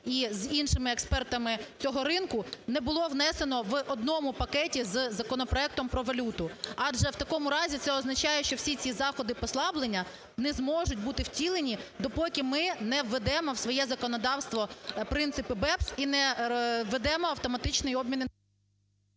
і з іншими експертами цього ринку, не було внесено в одному пакеті з законопроектом про валюту? Адже у такому разі це означає, що всі ці заходи послаблення не зможуть бути втілені, допоки ми не введемо у своє законодавство принципи BEPS і не введемо автоматичний обмін…